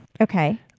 Okay